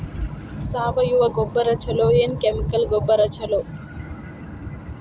ಸಾವಯವ ಗೊಬ್ಬರ ಛಲೋ ಏನ್ ಕೆಮಿಕಲ್ ಗೊಬ್ಬರ ಛಲೋ?